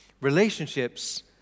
Relationships